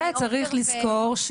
וצריך לזכור,